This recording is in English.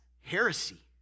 heresy